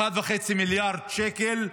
1.5 מיליארד שקל,